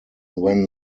when